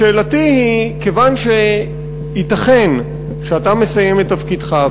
שאלתי היא: כיוון שייתכן שאתה מסיים את תפקידך,